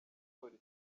polisi